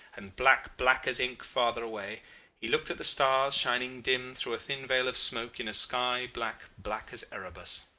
and black, black as ink farther away he looked at the stars shining dim through a thin veil of smoke in a sky black, black as erebus.